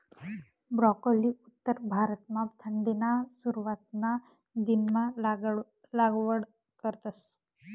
broccoli उत्तर भारतमा थंडीना सुरवातना दिनमा लागवड करतस